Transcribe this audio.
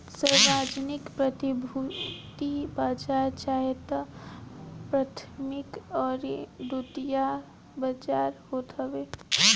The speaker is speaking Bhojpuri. सार्वजानिक प्रतिभूति बाजार चाहे तअ प्राथमिक अउरी द्वितीयक बाजार होत हवे